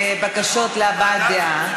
לבקשות להבעת דעה.